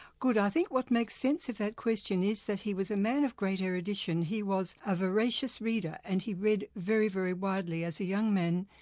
good, i think what makes sense of that question is that he was a man of great erudition. he was a voracious reader and he ready very, very widely. as a young man,